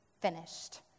finished